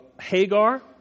Hagar